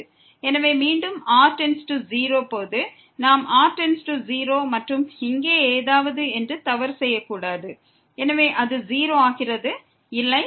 எனவே மீண்டும் r→0 போது நமது r→0 மற்றும் இங்கே ஏதாவது தவறு செய்யக்கூடாது எனவே அது 0 ஆகிறது இல்லை